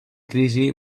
crisi